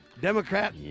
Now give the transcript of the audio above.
Democrat